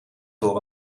door